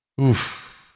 oof